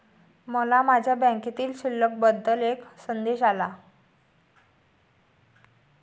मला माझ्या बँकेतील शिल्लक बद्दल एक संदेश आला